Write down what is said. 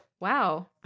Wow